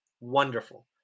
Wonderful